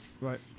Right